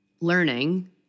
learning